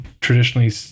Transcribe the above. traditionally